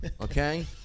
okay